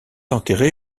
enterré